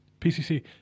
PCC